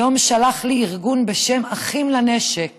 היום שלח לי ארגון בשם אחים לנשק